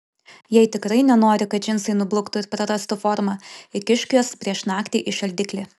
jei tikrai nenori kad džinsai nubluktų ir prarastų formą įkišk juos prieš naktį į šaldiklį